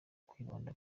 kwibanda